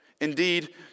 Indeed